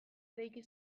eraiki